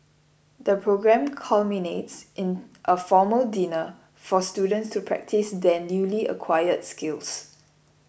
the programme culminates in a formal dinner for students to practise their newly acquired skills